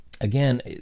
again